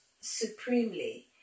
supremely